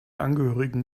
angehörigen